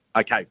okay